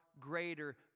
greater